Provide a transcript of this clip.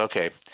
okay